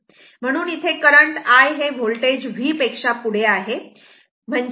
म्हणून इथे current I हे वोल्टेज V पेक्षा पुढे आहे